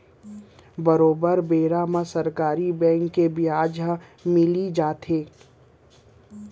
बरोबर बेरा म सरकारी बेंक के बियाज ह मिलीच जाथे